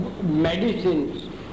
medicines